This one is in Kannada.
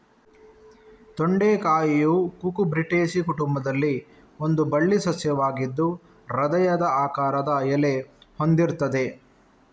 ತೊಂಡೆಕಾಯಿಯು ಕುಕುರ್ಬಿಟೇಸಿ ಕುಟುಂಬದಲ್ಲಿ ಒಂದು ಬಳ್ಳಿ ಸಸ್ಯವಾಗಿದ್ದು ಹೃದಯದ ಆಕಾರದ ಎಲೆ ಹೊಂದಿರ್ತದೆ